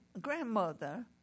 grandmother